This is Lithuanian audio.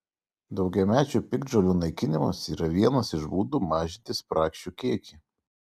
daugiamečių piktžolių naikinimas yra vienas iš būdų mažinti spragšių kiekį